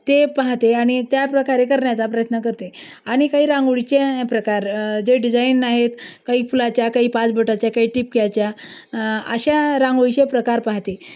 ते पाहे आणि त्या प्रकारे करण्याचा प्रयत्न करते आणि काही रांगोळीचे प्रकार जे डिझाईन आहेत काही फुलाच्या काही पाचबोटाच्या काही ठिपक्याच्या अशा रांगोळीचे प्रकार पहाते